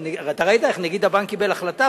אתה ראית איך נגיד הבנק קיבל החלטה?